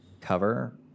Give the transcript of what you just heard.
cover